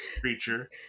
creature